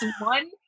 one